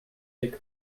thick